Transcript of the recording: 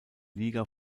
liga